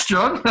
John